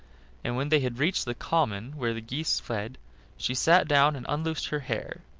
and when they had reached the common where the geese fed she sat down and unloosed her hair,